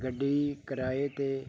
ਗੱਡੀ ਕਿਰਾਏ 'ਤੇ